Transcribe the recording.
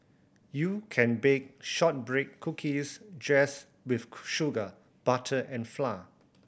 you can bake shortbread cookies just with sugar butter and flour